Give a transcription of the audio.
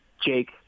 Jake